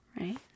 right